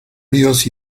ríos